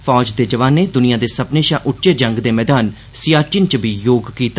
फौज दे जवानें दुनिया दे सब्बनें शा उच्चे जंग दे मैदान च सियाचिन च बी योग कीता